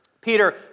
Peter